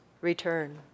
return